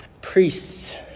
priests